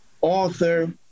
author